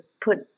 put